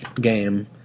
game